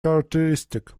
characteristic